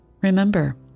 remember